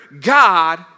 God